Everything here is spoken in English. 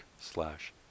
slash